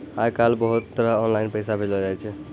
आय काइल बहुते तरह आनलाईन पैसा भेजलो जाय छै